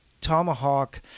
tomahawk